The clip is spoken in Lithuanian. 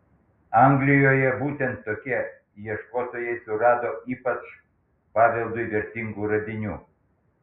anglijoje būtent tokie ieškotojai surado ypač paveldui vertingų radinių